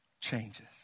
changes